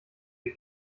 der